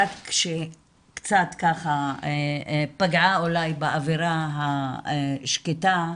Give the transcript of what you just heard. רק שהיא קצת פגעה אולי באווירה השקטה,